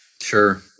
Sure